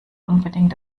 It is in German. unbedingt